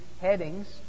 headings